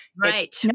Right